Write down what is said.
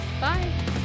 Bye